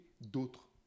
d'autres